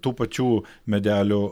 tų pačių medelių